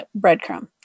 breadcrumb